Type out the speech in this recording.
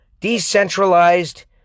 Decentralized